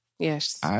Yes